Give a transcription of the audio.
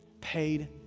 Paid